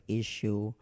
issue